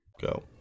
Go